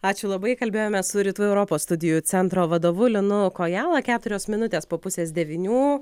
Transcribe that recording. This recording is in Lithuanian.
ačiū labai kalbėjome su rytų europos studijų centro vadovu linu kojala keturios minutės po pusės devynių